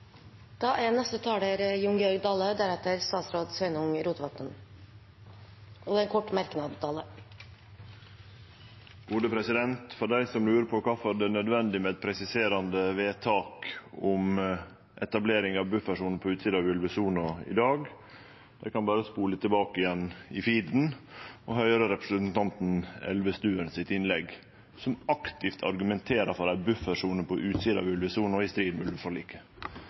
Dale har hatt ordet to ganger tidligere og får ordet til en kort merknad, begrenset til 1 minutt. Dei som lurer på kvifor det er nødvendig med eit presiserande vedtak om etablering av buffersone på utsida av ulvesona i dag, kan berre spole tilbake i feeden og høyre på representanten Elvestuen, som i sitt innlegg aktivt argumenterer for ei buffersone på utsida av ulvesona, i strid med